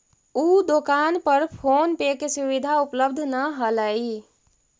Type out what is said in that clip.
उ दोकान पर फोन पे के सुविधा उपलब्ध न हलई